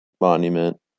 monument